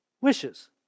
wishes